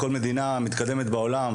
בכל מדינה מתקדמת בעולם,